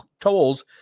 tolls